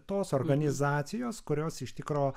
tos organizacijos kurios iš tikro